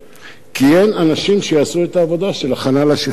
כי אין אנשים שיעשו את עבודת ההכנה לשחרור שלהם.